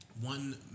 one